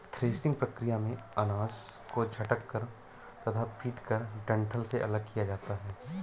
threshing प्रक्रिया में अनाज को झटक कर तथा पीटकर डंठल से अलग किया जाता है